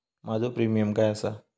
माझो प्रीमियम काय आसा?